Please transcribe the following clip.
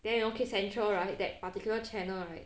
then you know kids central right that particular channel right